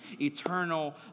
Eternal